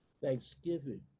thanksgiving